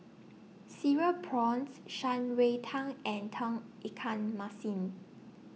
Cereal Prawns Shan Rui Tang and Tauge Ikan Masin